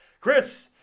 chris